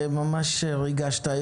ריגשת.